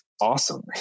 awesome